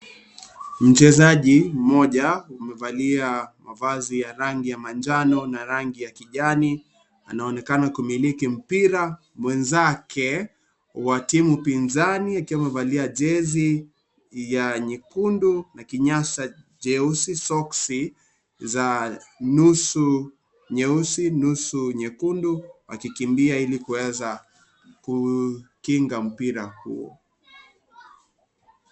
Mchezaji mmoja amevalia mavazi ya rangi ya manjano na rangi ya kijani. Anaonekana kumiliki mpira, mwenzake wa timu pinzani akiwa amevalia jesi ya nyekundu na kinyasa jeusi, soksi za nusu nyeusi nusu nyekundu, akikimbia ili kuweza kukinga mpira.